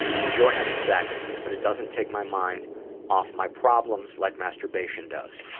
i enjoy having sex but it doesn't take my mind off my problems like masturbation does.